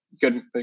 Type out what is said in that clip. good